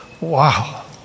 wow